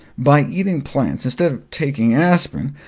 by eating plants instead of taking aspirin,